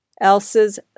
else's